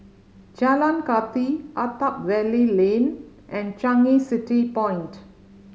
Jalan Kathi Attap Valley Lane and Changi City Point